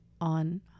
on